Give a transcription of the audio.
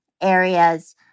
areas